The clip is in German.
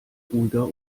ruhiger